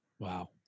Wow